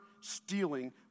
stealing